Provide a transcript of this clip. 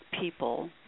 people